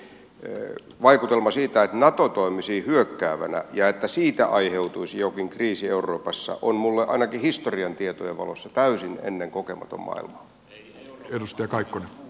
sen vuoksi vaikutelma siitä että nato toimisi hyökkäävänä ja että siitä aiheutuisi jokin kriisi euroopassa on minulle ainakin historian tietojen valossa täysin ennen kokematon maailma